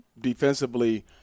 Defensively